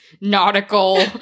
nautical